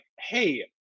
hey